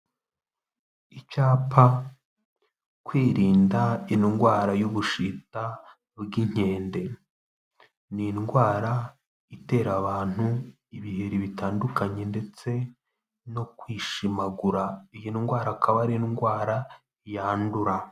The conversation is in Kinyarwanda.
Icyapa kwirinda indwara y'ubushita bw'inkende ni indwara itera abantu ibiheri bitandukanye ndetse no kwishimagura iyi ndwara akabare indwara yandura.